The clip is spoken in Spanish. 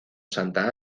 santa